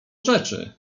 rzeczy